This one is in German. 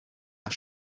nach